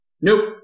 Nope